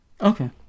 Okay